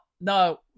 no